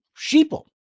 sheeple